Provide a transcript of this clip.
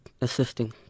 assisting